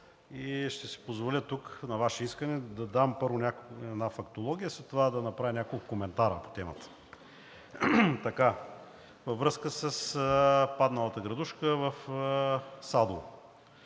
Ще си позволя тук на Ваше искане да дам, първо, една фактология, а след това да направя няколко коментара по темата във връзка с падналата градушка в Садово.